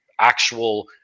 actual